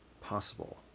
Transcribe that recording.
possible